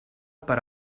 per